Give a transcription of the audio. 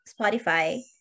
Spotify